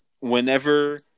whenever